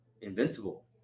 invincible